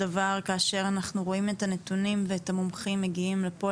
וכאשר אנחנו רואים את הנתונים ואת המומחים מגיעים לפה,